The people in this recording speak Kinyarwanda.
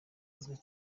uzwi